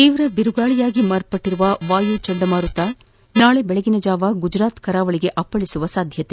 ತೀವ್ರ ಬಿರುಗಾಳಿಯಾಗಿ ಮಾರ್ಪಟ್ಟಿರುವ ವಾಯು ಚಂಡಮಾರುತ ನಾಳೆ ಬೆಳಗಿನಜಾವ ಗುಜರಾತ್ ಕರಾವಳಿಗೆ ಅಪ್ಪಳಿಸುವ ಸಾಧ್ಯತೆ